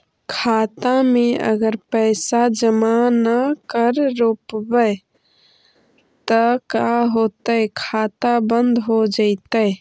खाता मे अगर पैसा जमा न कर रोपबै त का होतै खाता बन्द हो जैतै?